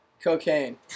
Cocaine